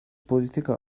politika